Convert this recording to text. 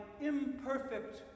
imperfect